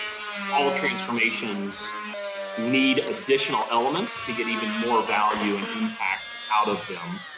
all transformations need additional elements to get even more value and impact out of them.